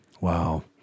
Wow